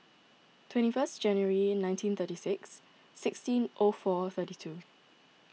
twenty first January nineteen thirty six sixteen O four thirty two